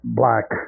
black